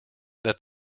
that